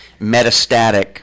metastatic